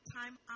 time